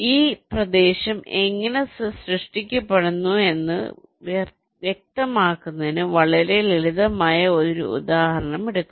ഈ പ്രദേശം എങ്ങനെ സൃഷ്ടിക്കപ്പെടുന്നുവെന്ന് വ്യക്തമാക്കുന്നതിന് വളരെ ലളിതമായ ഒരു ഉദാഹരണം എടുക്കുന്നു